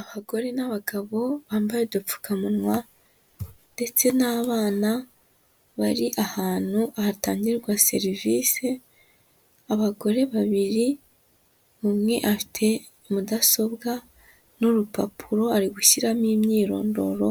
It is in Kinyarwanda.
Abagore n'abagabo bambaye udupfukamunwa ndetse n'abana bari ahantu hatangirwa serivisi, abagore babiri, umwe afite mudasobwa n'urupapuro, ari gushyiramo imyirondoro